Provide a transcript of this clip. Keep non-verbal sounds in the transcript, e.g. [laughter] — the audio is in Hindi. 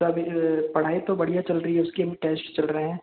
[unintelligible] पढ़ाई तो बढ़िया चल रही है उसके अभी टेस्ट चल रहे हैं